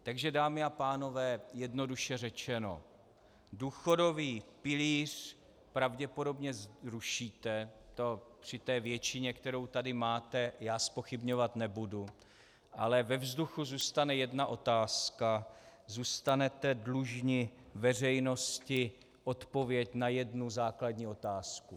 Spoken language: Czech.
Takže dámy a pánové, jednoduše řečeno, důchodový pilíř pravděpodobně zrušíte, to pří té většině, kterou tady máte, já zpochybňovat nebudu, ale ve vzduchu zůstane jedna otázka zůstanete dlužni veřejnosti odpověď na jednu základní otázku.